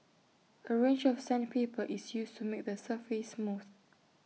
A range of sandpaper is used to make the surface smooth